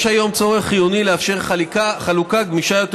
יש היום צורך חיוני לאפשר חלוקה גמישה יותר